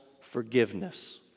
forgiveness